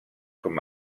com